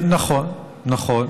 נכון , נכון.